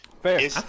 Fair